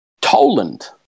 toland